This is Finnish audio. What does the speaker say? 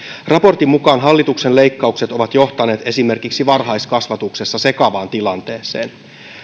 raportin mukaan hallituksen leikkaukset ovat johtaneet esimerkiksi varhaiskasvatuksessa sekavaan tilanteeseen